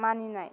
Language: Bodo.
मानिनाय